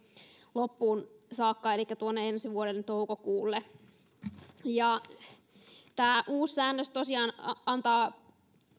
loppuun saakka elikkä tuonne ensi vuoden toukokuulle tämä uusi säännös tosiaan antaa